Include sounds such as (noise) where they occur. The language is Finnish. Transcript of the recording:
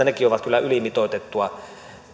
(unintelligible) nekin kyllä ylimitoitettuja